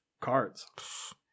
cards